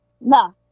No